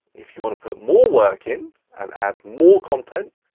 if you want to put more work in, and add more content,